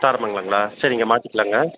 தாரமங்கலங்களா சரிங்க மாற்றிக்கிலாங்க